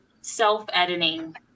self-editing